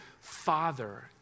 Father